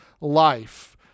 life